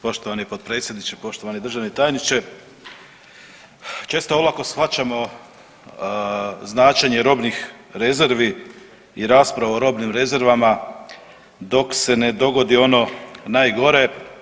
Poštovani potpredsjedniče, poštovani državni tajniče, često olako shvaćamo značenje robnih rezervi i raspravu o robnim rezervama dok se ne dogodi ono najgore.